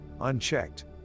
Unchecked